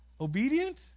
obedient